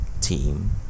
team